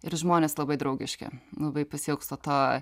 ir žmonės labai draugiški labai pasiilgstu to